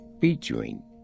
featuring